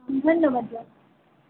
ধন্যবাদ দিয়ক